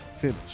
finish